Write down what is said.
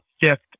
shift